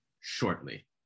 shortly